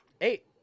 Eight